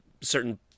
certain